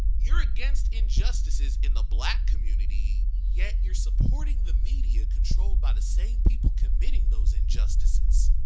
you're against injustices in the black community. yet you're supporting the media controlled by the same people committing those injustices.